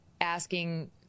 asking